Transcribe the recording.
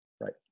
right